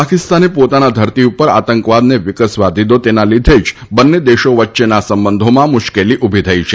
પાકિસ્તાને પોતાની ધરતી ઉપર આતંકવાદને વિકસવા દીધો તેના કારણે જ બંને દેશો વચ્ચેના સંબંધોમાં મુશ્કેલી ઉભી થઇ છે